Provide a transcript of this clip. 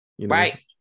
Right